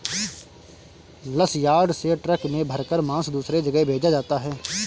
सलयार्ड से ट्रक में भरकर मांस दूसरे जगह भेजा जाता है